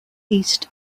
east